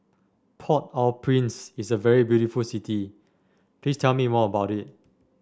Port Au Prince is a very beautiful city please tell me more about it